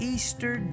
Easter